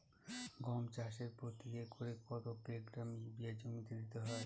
গম চাষে প্রতি একরে কত কিলোগ্রাম ইউরিয়া জমিতে দিতে হয়?